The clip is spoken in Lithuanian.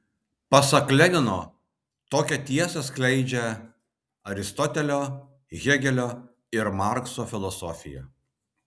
pasak lenino tokią tiesą skleidžia aristotelio hėgelio ir markso filosofija